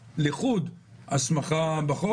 ללכת עקב בצד אגודל ולהתקדם בצעדים מדודים.